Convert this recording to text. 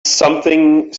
something